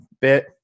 bit